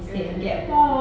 mm mm mm